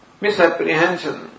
misapprehension